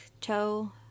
Toe